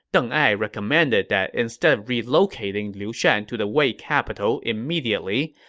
deng ai recommended that instead of relocating liu shan to the wei capital immediately,